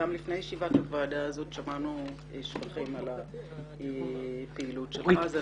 גם לפני ישיבת הוועדה הזאת שמענו שבחים על הפעילות שלך.